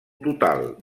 total